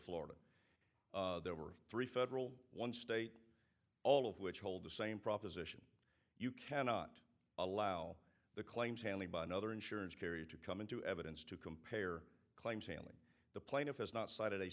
florida there were three federal one state all of which hold the same proposition you cannot allow the claims handling by another insurance carrier to come into evidence to compare claims handling the plaintiff has not cited